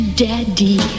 daddy